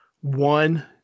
One